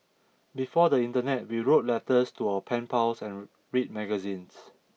before the Internet we wrote letters to our pen pals and read magazines